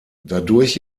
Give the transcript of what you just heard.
dadurch